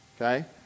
Okay